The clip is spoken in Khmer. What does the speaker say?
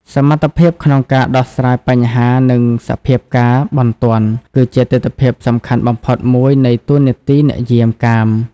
សមត្ថភាពក្នុងការដោះស្រាយបញ្ហា និងសភាពការណ៍បន្ទាន់ គឺជាទិដ្ឋភាពសំខាន់បំផុតមួយនៃតួនាទីអ្នកយាមកាម។